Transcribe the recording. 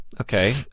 Okay